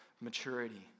maturity